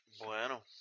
Bueno